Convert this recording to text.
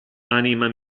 anima